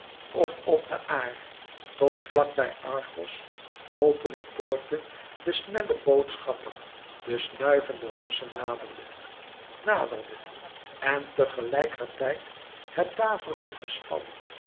of op den aâr tot vlak bij argos opene poorte de snelle boodschapper de snuivende rossen naderde naderde en te gelijker tijd het daverend